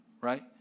right